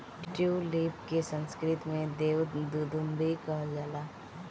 tulip के संस्कृत में देव दुन्दुभी कहल जाला